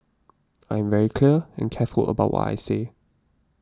I am very clear and careful about what I say